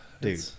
dude